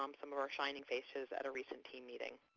um some of our shining faces at a recent team meeting.